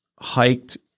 hiked